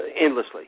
endlessly